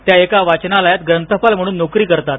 त्या एका वाचनालयात ग्रंथपाल म्हणून नोकरी करतात